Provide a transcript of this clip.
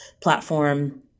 platform